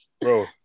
bro